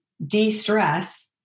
de-stress